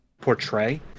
portray